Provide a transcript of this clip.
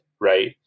right